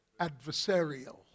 adversarial